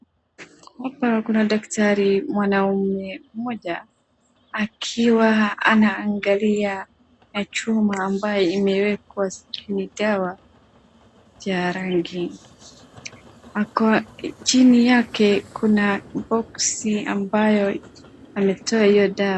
Hapa Kuna daktari mwanaume mmoja akiwa anaangalia chuma ambaye imewekwa sijui ni dawa ya rangi chini yake Kuna box ambayo imeletewa hiyo dawa.